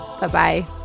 Bye-bye